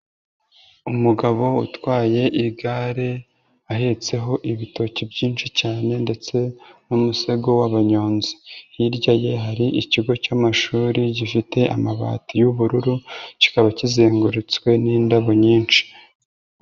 Umugabo utwaye igare ahetseho ibitoki byinshi cyane, ndetse n'umusego w'abanyonzi. Hirya ye hari ikigo cy'amashuri gifite amabati y'ubururu, kikaba kizengurutswe n'indabo nyinshi.